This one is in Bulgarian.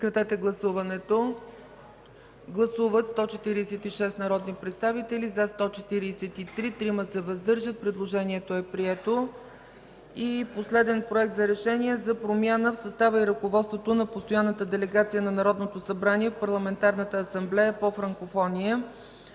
Режим на гласуване. Гласували 146 народни представители: за 143, против няма, въздържали се 3. Предложението е прието. Последен „Проект! РЕШЕНИЕ за промяна в състава и ръководството на Постоянната делегация на Народното събрание в Парламентарната асамблея по франкофония